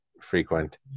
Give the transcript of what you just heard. frequent